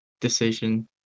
decision